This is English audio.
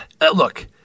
look